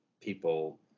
people